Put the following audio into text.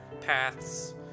paths